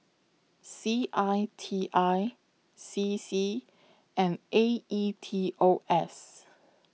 C I T I C C and A E T O S